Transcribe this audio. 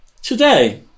Today